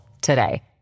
today